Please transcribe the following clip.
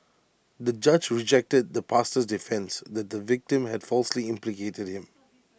the judge rejected the pastor's defence that the victim had falsely implicated him